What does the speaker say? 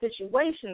situations